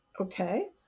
Okay